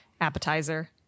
appetizer